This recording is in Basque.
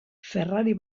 ferrari